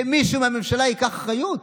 שמישהו מהממשלה ייקח אחריות.